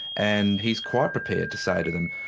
and he's quite prepared to say to them,